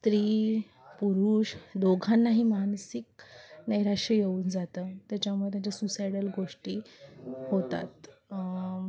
स्त्री पुरुष दोघांनाही मानसिक नैराश येऊन जातं त्याच्यामुळे त्यांच्या सुसायडल गोष्टी होतात